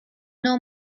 know